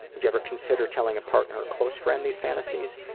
would you ever consider telling a partner or close friend these fantasies?